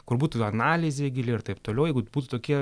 kur būtų analizė gili ir taip toliau jeigu būtų tokie